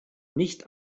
nicht